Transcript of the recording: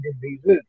diseases